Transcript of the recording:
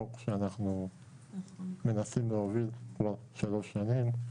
חוק שאנחנו מנסים להוביל כבר שלוש שנים,